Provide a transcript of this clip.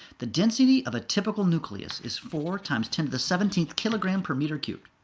the density of a typical nucleus is four times ten to the seventeenth kilograms per meter cubed.